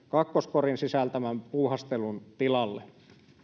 kakkoskorin sisältämän puuhastelun tilalle